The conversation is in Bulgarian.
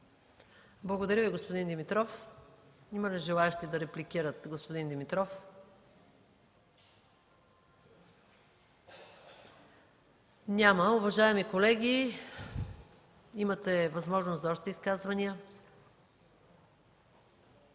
Благодаря Ви, господин Димитров. Има ли желаещи да репликират господин Димитров? Няма. Уважаеми колеги, имате възможност за още изказвания.